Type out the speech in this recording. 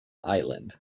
island